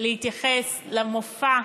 להתייחס למופע,